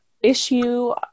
issue